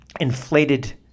inflated